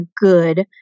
good